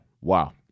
Wow